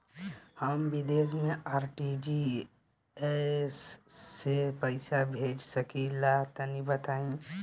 हम विदेस मे आर.टी.जी.एस से पईसा भेज सकिला तनि बताई?